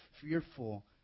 fearful